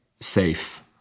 safe